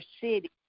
city